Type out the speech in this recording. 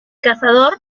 cazador